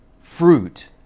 fruit